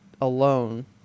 alone